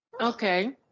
Okay